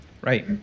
Right